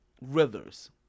Rivers